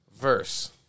verse